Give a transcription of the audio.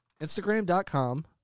Instagram.com